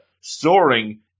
soaring